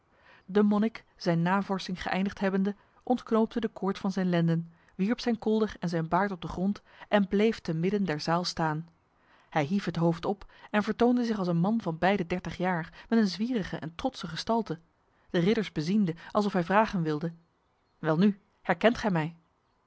de monnik zijn navorsing geëindigd hebbende ontknoopte de koord van zijn lenden wierp zijn kolder en zijn baard op de grond en bleef te midden der zaal staan hij hief het hoofd op en vertoonde zich als een man van bij de dertig jaar met een zwierige en trotse gestalte de ridders beziende alsof hij vragen wilde welnu herkent gij mij